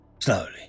Slowly